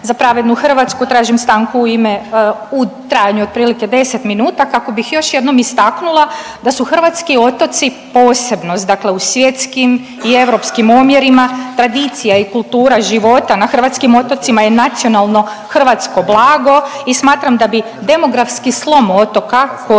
Za pravednu Hrvatsku tražim stanku u ime, u trajanju otprilike 10 minuta kako bih još jednom istaknula da su hrvatski otoci posebnost dakle u svjetskim i europskim omjerima, tradicija i kultura života na hrvatskim otocima je nacionalno hrvatsko blago i smatram da bi demografski slom otoka koji